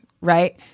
right